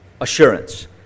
Assurance